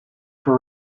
for